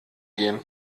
gehen